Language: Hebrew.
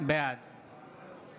בעד